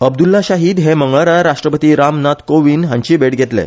अब्द्रला शाहिद हे मंगळारा राष्ट्रपती राम नाथ कोविंद हांचीय भेट घेतले